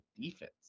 defense